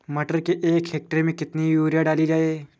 मटर के एक हेक्टेयर में कितनी यूरिया डाली जाए?